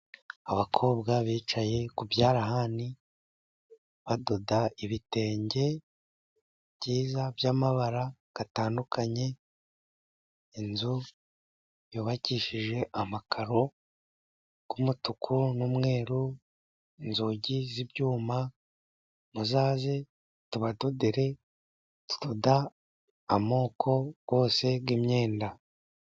Abakobwa bicaye ku byarahani, badoda ibitenge byiza by'amabara atandukanye, inzu yubakishije amakaro y'umutuku n'umweru, inzugi z'ibyuma, muzaze tubadodere, tudoda amoko yose y'imyenda.